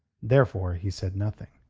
therefore he said nothing.